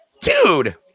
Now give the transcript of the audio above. Dude